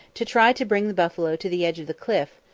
to try to bring the buffalo to the edge of the cliff,